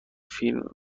فیلم